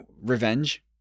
revenge